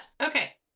okay